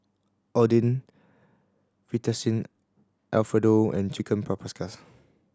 Oden Fettuccine Alfredo and Chicken Paprikas